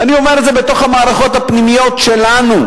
ואני אומר את זה בתוך המערכות הפנימיות שלנו,